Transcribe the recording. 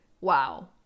wow